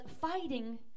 fighting